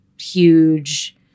huge